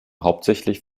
hauptsächlich